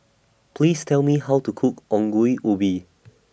Please Tell Me How to Cook Ongol Ubi